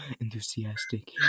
enthusiastic